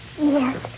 Yes